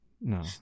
No